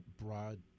broad